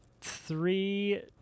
three